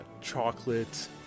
chocolate